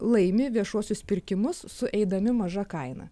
laimi viešuosius pirkimus sueidami maža kaina